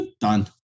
Done